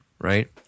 right